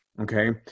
okay